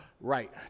Right